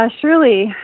surely